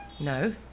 No